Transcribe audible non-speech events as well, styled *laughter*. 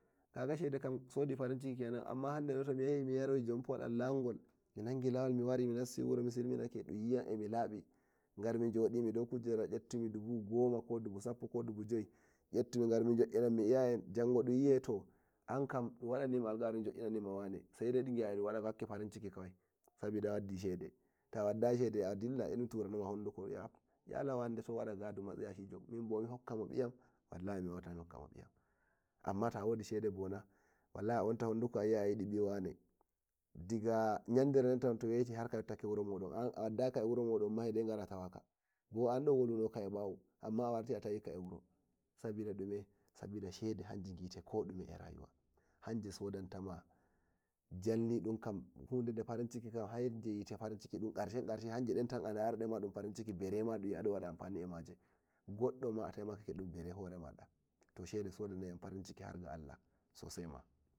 Kaga kenan shede shodi farin ciki kenan amma hande do tomiyahi miyaroyi jampawol am lamgo minangi lawo minassi wuro mi silminake dunyiyam emilabi garmi yodimi dau kujera yettu ba dubu gomani ko dubu sabpo ko dub joyi yettu garmi jo'innami iyaye in janho dun wi'ai yo ankan dun wadanima alkawari dun jo'inanima wane sai gi'a dun wadiga wakki farin ciki kawai sabida a waddi shede ta waddayi shede e' a dilli sai dun turo hunduko dun wi'a a yala wane kam matsacijo minbo mi hokka mobiyam walli mi wawata mi hokamo biyam amma ta wodi shide na e'aunta honduko e awi'a ayidi biwane diga yandere *noise* de do weti harka yottaki wuron digan a wiayika wuromon sai dai gara tawaka bo an on wolwuno ka e bawo an ma a warti a tawika eh wuro sabida dume sabida shede hanje bite ko dume e rayuwa haire sodan tama jalnidum kam hude de farin cikam haire wite farin ciki du karshen karshen hanje tan e a darade dun farin ciki bare madun wi'a adon wada ampani e maje godoma a taimakake dun bare horema toshede sodai farin ciki Harga Allah sasai ma.